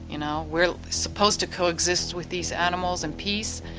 you know we are supposed to coexist with these animals in peace.